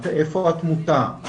איפה התמותה,